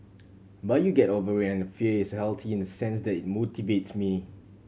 but you get over it and the fear is healthy in the sense that it motivates me